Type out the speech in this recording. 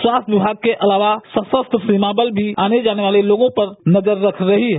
स्वास्थ्य विभाग के अलावा सशस्त्र सीमा बल भी आने जाने वाले लोगों पर नजर रख रही है